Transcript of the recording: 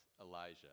Elijah